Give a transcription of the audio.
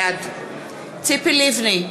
בעד ציפי לבני,